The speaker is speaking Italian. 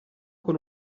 con